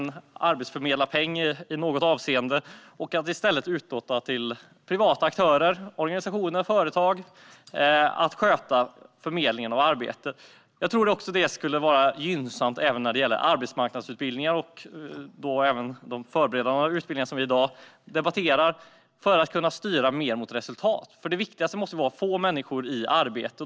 Det har föreslagits införande av arbetsförmedlarpeng i något avseende och att i stället överlåta till privata aktörer, organisationer och företag att sköta förmedlingen av arbeten. Det skulle nog också vara gynnsamt även i fråga om arbetsmarknadsutbildningar och de förberedande utbildningar som vi i dag debatterar - detta för att kunna styra mer mot resultat. Det viktigaste måste vara att få människor i arbete.